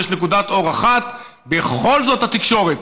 יש נקודת אור אחת: בכל זאת התקשורת,